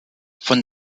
von